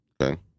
okay